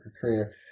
career